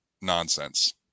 nonsense